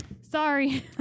Sorry